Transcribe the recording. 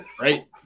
Right